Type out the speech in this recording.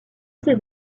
ses